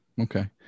Okay